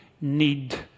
need